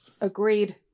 agreed